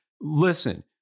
Listen